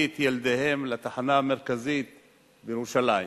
את ילדיהם לתחנה המרכזית בירושלים.